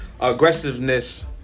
aggressiveness